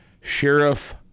Sheriff